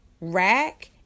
rack